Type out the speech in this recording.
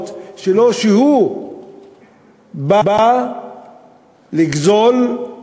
שהוא בא לגזול,